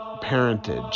parentage